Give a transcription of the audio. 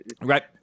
Right